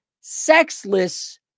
sexless